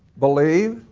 believe,